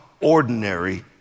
ordinary